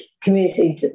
community